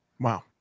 Wow